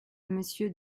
monsieur